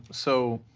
so